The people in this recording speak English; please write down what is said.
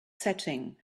setting